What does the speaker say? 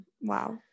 Wow